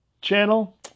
channel